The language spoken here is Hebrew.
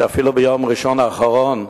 שאפילו ביום ראשון האחרון,